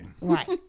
Right